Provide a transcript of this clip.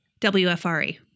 WFRE